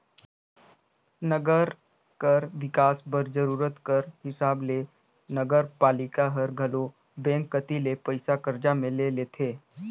नंगर कर बिकास बर जरूरत कर हिसाब ले नगरपालिका हर घलो बेंक कती ले पइसा करजा में ले लेथे